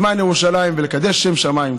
למען ירושלים ולקדש שם שמיים.